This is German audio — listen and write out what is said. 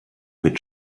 mit